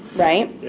right?